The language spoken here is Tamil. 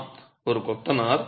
மாணவர்ஆம்